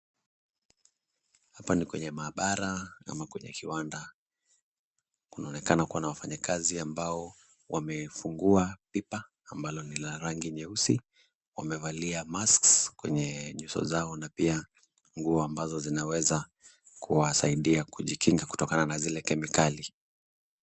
Hapa ni kwenye maabara ama kwenye kiwanda. Kunaonekana kuwa na wafanyikazi ambao wamefungua pipa ambalo ni la rangi nyeusi, wamevalia masks kwenye nyuso zao na pia nguo ambazo zinaweza kuwasaidia kujikinga kutokana na zile kemikali.